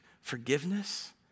forgiveness